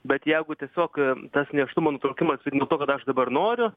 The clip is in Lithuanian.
bet jeigu tiesiog tas nėštumo nutraukimas tik dėl to kad aš dabar noriu